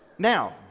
Now